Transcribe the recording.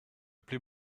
plaît